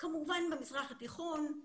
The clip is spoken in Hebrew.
כמובן במזרח התיכון,